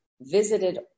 visited